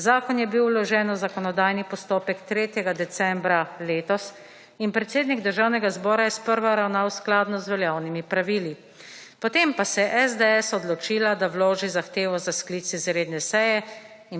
Zakon je bil vložen v zakonodajni postopek 3. decembra letos in predsednik Državnega zbora je sprva ravnal skladno z veljavnimi pravili. Potem pa se je SDS odločila, da vloži zahtevo za sklic izredne seje